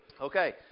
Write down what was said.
Okay